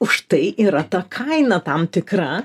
už tai yra ta kaina tam tikra